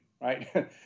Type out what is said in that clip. right